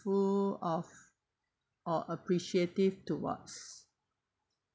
~ful or appreciative towards